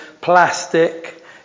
plastic